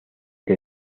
que